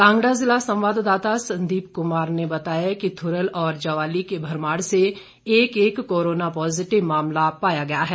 कांगड़ा जिला संवाददाता संदीप कमार ने बताया कि थुरल और ज्वाली के भरमाड़ से एक एक कोरोना पॉजिटिव मामला पाया गया है